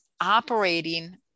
operating